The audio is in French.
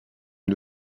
est